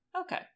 Okay